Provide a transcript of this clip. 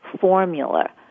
formula